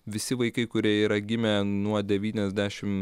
visi vaikai kurie yra gimę nuo devyniasdešim